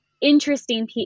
interesting